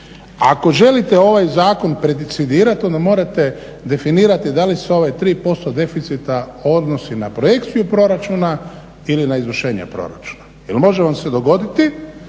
ako želite ovaj zakon predicidirat onda morate definirati da li se ovaj 35 deficita odnosi na projekciju proračuna ili na izvršenje proračuna jel može vam se dogoditi